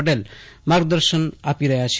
પટેલ માર્ગદર્શન આપી રહયા છે